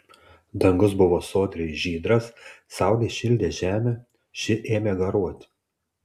dangus buvo sodriai žydras saulė šildė žemę ši ėmė garuoti